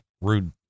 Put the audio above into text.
rude